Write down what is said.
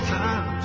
time